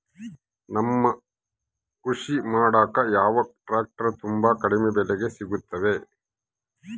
ನಮಗೆ ಕೃಷಿ ಮಾಡಾಕ ಯಾವ ಟ್ರ್ಯಾಕ್ಟರ್ ತುಂಬಾ ಕಡಿಮೆ ಬೆಲೆಗೆ ಸಿಗುತ್ತವೆ?